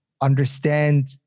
understand